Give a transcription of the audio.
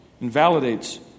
invalidates